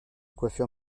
coiffure